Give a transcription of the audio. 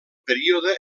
període